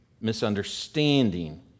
misunderstanding